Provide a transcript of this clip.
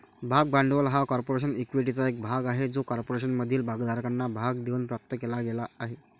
भाग भांडवल हा कॉर्पोरेशन इक्विटीचा एक भाग आहे जो कॉर्पोरेशनमधील भागधारकांना भाग देऊन प्राप्त केला गेला आहे